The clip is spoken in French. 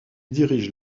dirige